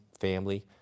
family